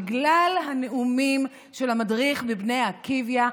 בגלל הנאומים של המדריך מבני עקיבא,